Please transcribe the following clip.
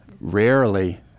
rarely